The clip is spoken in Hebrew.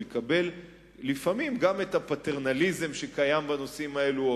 יקבל לפעמים גם את הפטרנליזם שקיים בנושאים האלו,